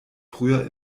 früher